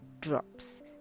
drops